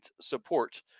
support